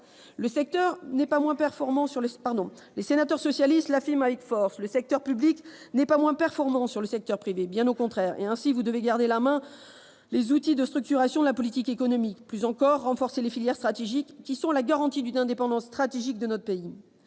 le secteur public n'est pas moins performant que le secteur privé, bien au contraire. Vous devez ainsi garder en main les outils de structuration de la politique économique et, plus encore, renforcer des filières stratégiques, qui sont la garantie de l'indépendance de notre pays.